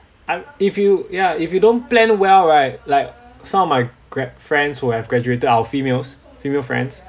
I if you yeah if you don't plan well right like some of my grad~ friends who have graduated our females female friends